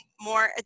more